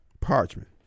Parchment